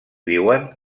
viuen